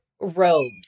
robes